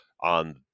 on